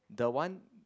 the one